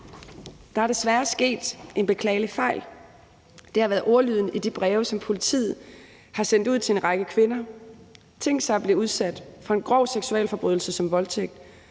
Der er desværre sket en beklagelig fejl. Det har været ordlyden i de breve, som politiet har sendt ud til en række kvinder. Tænk sig at blive udsat for en grov seksualforbrydelse som voldtægt,